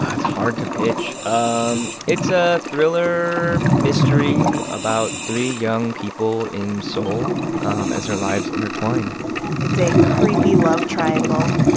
ah it's hard to pitch. um it's a thriller mystery about three young people in seoul um as their lives intertwine it's a creepy love triangle.